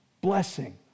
Blessing